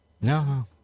No